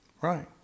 Right